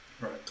Right